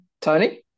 Tony